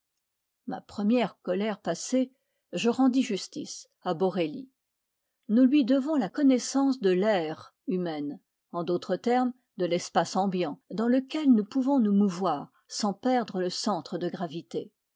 ma première colère passée je rendis justice à borelli nous lui devons la connaissance de vaire humaine en d'autres termes de l'espace ambiant dans lequel nous pouvons nous mouvoir sans perdre le centre de gravité